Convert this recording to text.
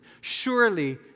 Surely